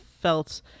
felt